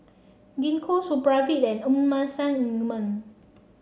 Gingko Supravit and Emulsying Ointment